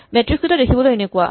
matrix কেইটা দেখিবলৈ এনেকুৱা